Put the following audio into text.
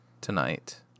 tonight